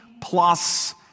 plus